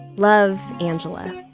love, angela